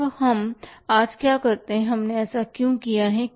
अब हम आज क्या करते हैं कि हमने ऐसा क्यों किया है